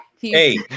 Hey